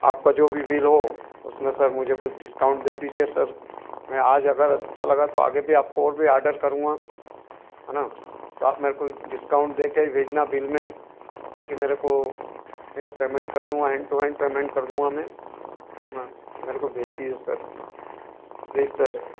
आपका जो भी विल हो उसमें सर मुझे कुछ डिस्काउंट दे दीजिए सर मैं आज अगर अच्छा लगा तो आगे भी आपको ओर भी आडर करूंगा है न तो आप मेरे को डिस्काउंट दे कर ही भेजना बिल में ताकि मेरे को मैं पेमेंट कर दूँगा हैंड टू हैंड पेमेंट कर दूँगा मे अपना तो मेरे को भेज दीजिए सर प्लीज सर